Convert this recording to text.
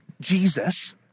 Jesus